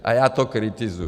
A já to kritizuju.